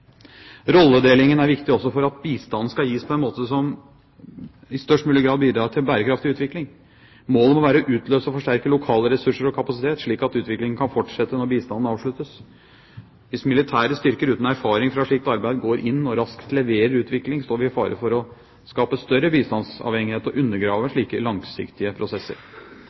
Rolledelingen er viktig også for at bistanden skal gis på en måte som i størst mulig grad bidrar til en bærekraftig utvikling. Målet må være å utløse og forsterke lokale ressurser og kapasitet, slik at utviklingen kan fortsette når bistanden avsluttes. Hvis militære styrker uten erfaring fra slikt arbeid går inn og raskt «leverer» utvikling, står vi i fare for å skape større bistandsavhengighet og undergrave slike langsiktige prosesser.